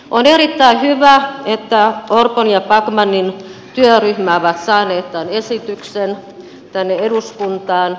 on erittäin hyvä että orpon ja backmanin työryhmä on saanut tämän esityksen tänne eduskuntaan